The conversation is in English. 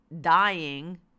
dying